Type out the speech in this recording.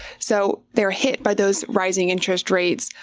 so they were hit by those rising interest rates,